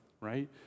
right